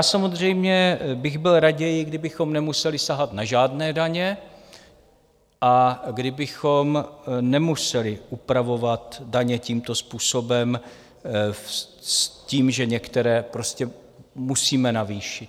Samozřejmě bych byl raději, kdybychom nemuseli sahat na žádné daně a kdybychom nemuseli upravovat daně tímto způsobem s tím, že některé prostě musíme navýšit.